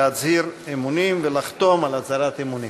להצהיר אמונים ולחתום על הצהרת אמונים.